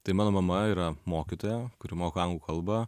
tai mano mama yra mokytoja kuri moko anglų kalbą